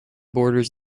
borders